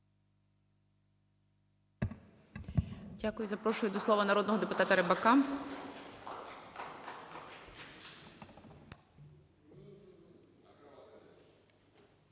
Дякую. Запрошую до слова народного депутата Рибака.